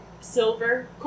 silver